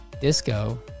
Disco